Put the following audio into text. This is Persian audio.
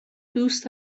دوست